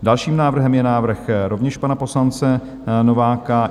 Dalším návrhem je návrh rovněž pana poslance Nováka.